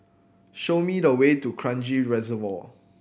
show me the way to Kranji Reservoir